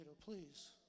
please